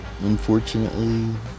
unfortunately